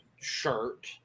shirt